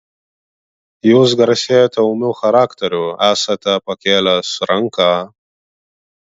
jūs garsėjate ūmiu charakteriu esate pakėlęs ranką